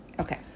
Okay